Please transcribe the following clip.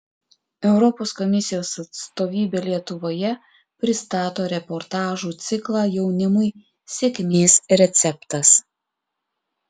europos komisijos atstovybė lietuvoje pristato reportažų ciklą jaunimui sėkmės receptas